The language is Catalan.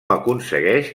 aconsegueix